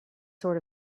sort